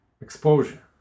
exposure